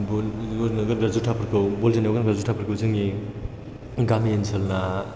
बल जोनायाव गानग्रा जुथाफोरखौ जोंनि गामि ओनसोलना